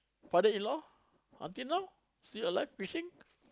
father-in-law until now still alive fishing